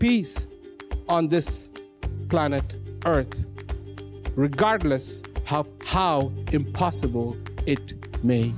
peace on this planet earth regardless of how impossible it m